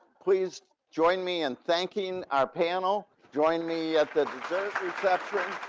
please join me in thanking our panel. join me at the dessert reception.